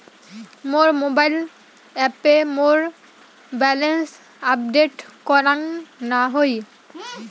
মোর mobile অ্যাপে মোর balance update করাং না হই